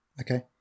okay